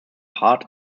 hard